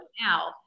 now